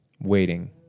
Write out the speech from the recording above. waiting